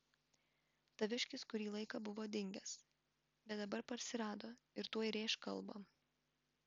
taviškis kurį laiką buvo dingęs bet dabar parsirado ir tuoj rėš kalbą